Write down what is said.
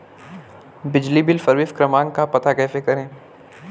बिजली bill service क्रमांक का पता कैसे करें?